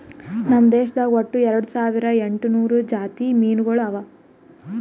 ನಮ್ ದೇಶದಾಗ್ ಒಟ್ಟ ಎರಡು ಸಾವಿರ ಎಂಟು ನೂರು ಜಾತಿ ಮೀನುಗೊಳ್ ಅವಾ